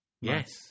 Yes